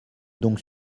donc